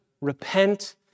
repent